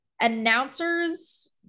announcers